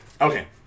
Okay